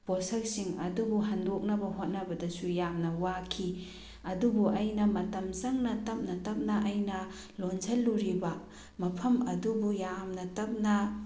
ꯄꯣꯠꯁꯛꯁꯤꯡ ꯑꯗꯨꯕꯨ ꯍꯟꯗꯣꯛꯅꯕ ꯍꯣꯠꯅꯕꯗꯁꯨ ꯌꯥꯝꯅ ꯋꯥꯈꯤ ꯑꯗꯨꯕꯨ ꯑꯩꯅ ꯃꯇꯝ ꯆꯪꯅ ꯇꯞꯅ ꯇꯞꯅ ꯑꯩꯅ ꯂꯣꯟꯁꯤꯜꯂꯨꯔꯤꯕ ꯃꯐꯝ ꯑꯗꯨꯕꯨ ꯌꯥꯝꯅ ꯇꯞꯅ